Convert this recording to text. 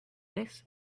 this